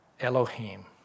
Elohim